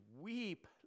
weep